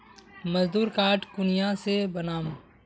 मजदूर कार्ड कुनियाँ से बनाम?